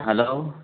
hello